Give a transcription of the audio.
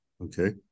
okay